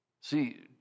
See